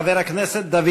חבר הכנסת דוד אזולאי.